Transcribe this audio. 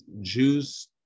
Jews